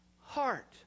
heart